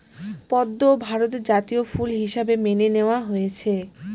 পদ্ম ভারতের জাতীয় ফুল হিসাবে মেনে নেওয়া হয়েছে